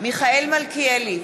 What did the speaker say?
מיכאל מלכיאלי,